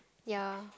ya